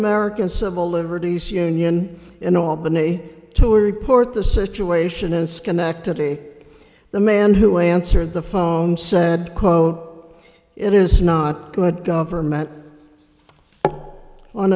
american civil liberties union in albany a tour report the situation in schenectady the man who answered the phone said quote it is not good government on